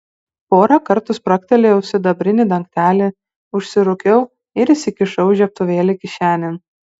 porą kartų spragtelėjau sidabrinį dangtelį užsirūkiau ir įsikišau žiebtuvėlį kišenėn